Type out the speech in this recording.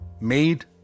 made